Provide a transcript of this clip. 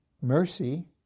mercy